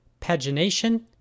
pagination